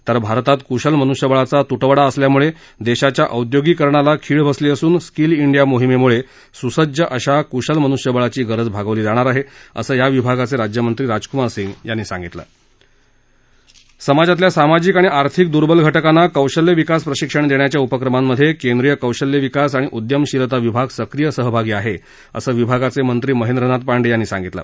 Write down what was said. तर भारतात क्शल मनुष्यबळाचा तुटवडा असल्यामुळे देशाच्या औद्योगीकरणाला खीळ बसली असून स्किल इंडिया मोहिमेमुळे सुसज्ज अशा क्शल मनुष्यबळाची गरज भागवली जाणार आहे असं या विभागाचे राज्यमंत्री राजक्मार सिंग यांनी सांगितलं समाजातल्या सामाजिक आणि आर्थिक द्र्बल घटकांना कौशल्य विकास प्रशिक्षण देण्याच्या उपक्रमांमधे कैंद्रिय कौशल्य विकास आणि उद्यमशीलता विभाग सक्रीय सहभागी आहे असं विभागाचे मंत्री महेंद्रनाथ पांडे यांनी सांगितलं